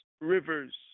rivers